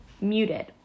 muted